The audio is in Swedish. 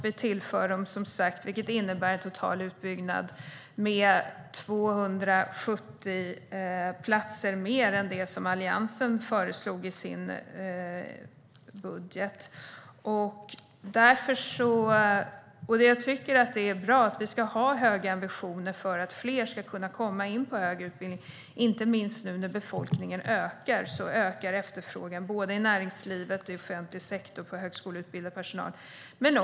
Vi tillför dem, vilket innebär en total utbyggnad med 270 platser utöver det som Alliansen föreslog i sin budget. Vi ska ha höga ambitioner för att fler ska kunna komma in på högre utbildning, inte minst nu när befolkningen ökar. Då ökar efterfrågan på högskoleutbildad personal både i näringslivet och i offentlig sektor.